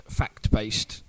fact-based